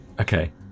Okay